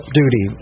duty